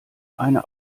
eine